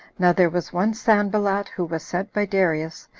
now there was one sanballat, who was sent by darius,